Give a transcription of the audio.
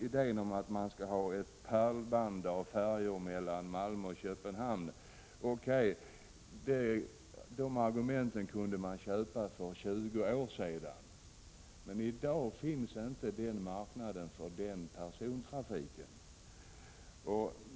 Idén att ha ett pärlband av färjor mellan Malmö och Köpenhamn kunde kanske ”köpas” för 20 år sedan. Men i dag finns inte den marknaden för persontrafiken.